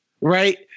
right